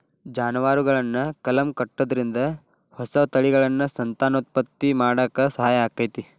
ಜಾನುವಾರುಗಳನ್ನ ಕಲಂ ಕಟ್ಟುದ್ರಿಂದ ಹೊಸ ತಳಿಗಳನ್ನ ಸಂತಾನೋತ್ಪತ್ತಿ ಮಾಡಾಕ ಸಹಾಯ ಆಕ್ಕೆತಿ